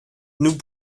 nous